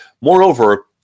Moreover